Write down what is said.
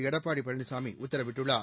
எடப்பாடி பழனிசாமி உத்தரவிட்டுள்ளார்